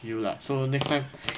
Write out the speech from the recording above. you lah so next time